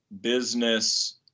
business